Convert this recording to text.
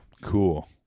Cool